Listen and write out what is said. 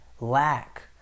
lack